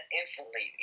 instantly